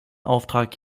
auftrag